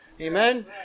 Amen